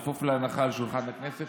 התשפ"ב 2022. כפוף להנחה על שולחן הכנסת,